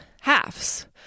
halves